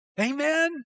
Amen